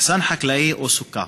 מחסן חקלאי או סוכה